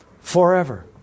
forever